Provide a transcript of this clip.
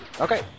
Okay